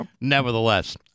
nevertheless